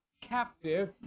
captive